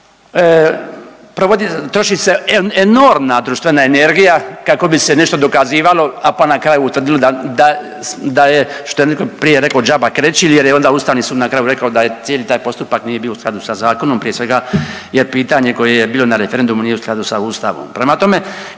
troši se enormna društvena energija kako bi se nešto dokazivalo, a pa na kraju utvrdili da je što je netko prije rekao đaba krečili jer je onda Ustavni sud na kraju rekao da cijeli taj postupak nije bio u skladu sa zakonom, prije svega jer pitanje koje je bilo na referendumu nije u skladu sa Ustavom. Prema tome,